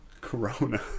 Corona